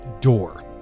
door